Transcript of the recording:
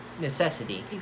necessity